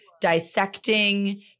dissecting